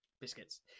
biscuits